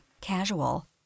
casual